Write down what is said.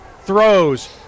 throws